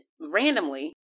randomly